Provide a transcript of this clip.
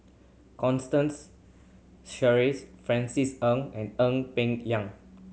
Constance Sheares Francis Ng and Ee Peng Liang